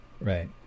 Right